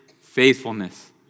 faithfulness